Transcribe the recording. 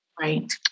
Right